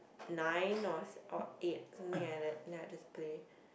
nine or s~ or eight something like that then I just play